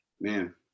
man